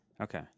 Okay